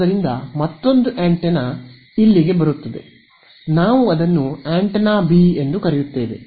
ಆದ್ದರಿಂದ ಮತ್ತೊಂದು ಆಂಟೆನಾ ಇಲ್ಲಿಗೆ ಬರುತ್ತದೆ ನಾವು ಅದನ್ನು ಆಂಟೆನಾ ಬಿ ಎಂದು ಕರೆಯುತ್ತೇವೆ